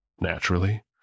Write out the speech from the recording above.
Naturally